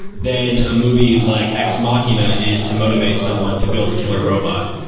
then a movie like ex machina is to motivate someone to build a killer robot.